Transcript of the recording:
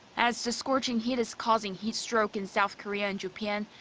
as the scorching heat is causing heatstroke in south korea and japan,